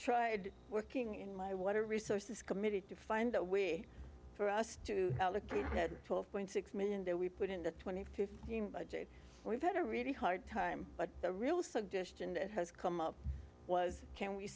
tried working in my water resources committee to find a way for us to create twelve point six million that we put in the twenty fifth we've had a really hard time but the real suggestion that has come up was can we